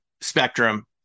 spectrum